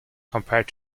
compared